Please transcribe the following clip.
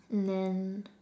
then